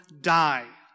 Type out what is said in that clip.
die